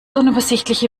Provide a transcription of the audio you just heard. unübersichtliche